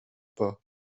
pas